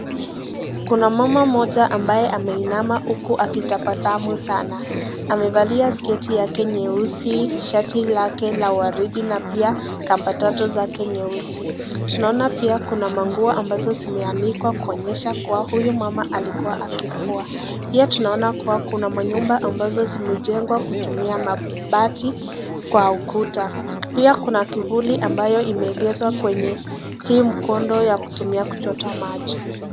Kuna mama moja ambaye ameinama akitabasamu sana amevalia sketi lake nyeusi, shati lake la waridi, kambatata zake nyeusi, Tuna pia kuna manguo yamenikwa kuonyesha kuwa huyu mama alikua akifua pia tunaona kuna manyumba zimejengwa kutumia mabati kwa ukuta, pia kuna kivuli ambayo imeegezwa kwenye hii mkondo ya kutumia kuchotea maji.